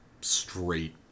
straight